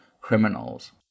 criminals